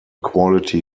quality